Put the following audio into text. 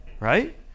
Right